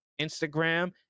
Instagram